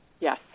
Yes